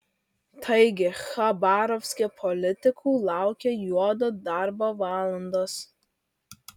taigi chabarovske politikų laukia juodo darbo valandos